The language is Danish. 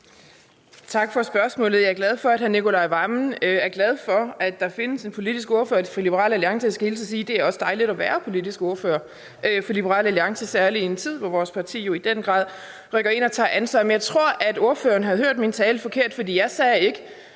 Tak for spørgsmålet. Jeg er glad for, at hr. Nicolai Wammen er glad for, at der findes en politisk ordfører for Liberal Alliance. Jeg skal hilse og sige, at det også er dejligt at være politisk ordfører for Liberal Alliance, særlig i en tid, hvor vores parti jo i den grad rykker ind og tager ansvar. Men jeg tror, ordføreren har hørt min tale forkert, for jeg sagde ikke,